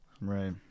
Right